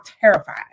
terrified